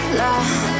love